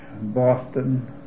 Boston